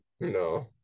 No